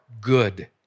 good